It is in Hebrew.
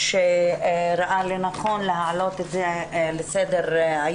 שראה לנכון להעלות את זה לסדר-היום.